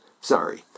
Sorry